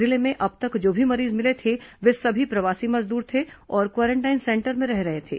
जिले में अब तक जो भी मरीज मिले थे वे सभी प्रवासी मजदूर थे और क्वारेंटाइन सेंटर में रह रहे थे